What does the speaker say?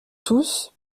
tous